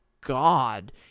God